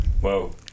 Whoa